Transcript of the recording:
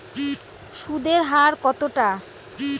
সুদের হার কতটা?